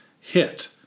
Hit